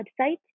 website